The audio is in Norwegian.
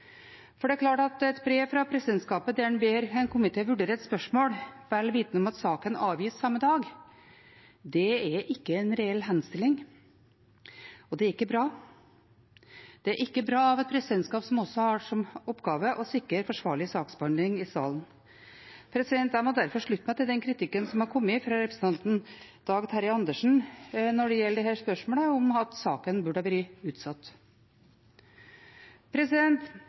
hatt. Det er klart at et brev fra presidentskapet der de ber en komité vurdere et spørsmål, vel vitende om at saken avgis samme dag, ikke er en reell henstilling. Det er ikke bra. Det er ikke bra av et presidentskap som også har som oppgave å sikre forsvarlig saksbehandling i salen. Jeg må derfor slutte meg til den kritikken som har kommet fra representanten Dag Terje Andersen når det gjelder spørsmålet om at saken burde ha vært utsatt.